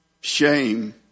shame